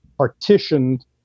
Partitioned